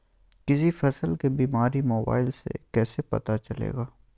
किसी फसल के बीमारी मोबाइल से कैसे पता चलेगा?